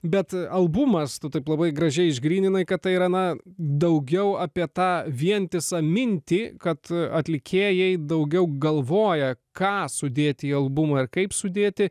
bet albumas tu taip labai gražiai išgryninai kad tai yra na daugiau apie tą vientisą mintį kad atlikėjai daugiau galvoja ką sudėti į albumą ir kaip sudėti